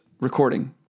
recording